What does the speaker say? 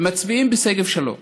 מצביעים בשגב שלום.